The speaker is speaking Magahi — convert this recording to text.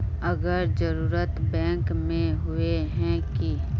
अगर जरूरत बैंक में होय है की?